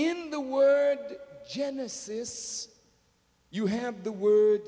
in the word kinesis you have the word